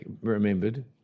remembered